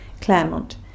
Claremont